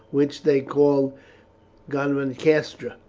which they called godmancastra,